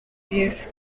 bwiza